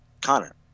Connor